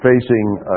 facing